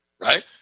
right